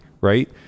right